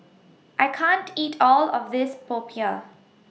I can't eat All of This Popiah